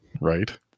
right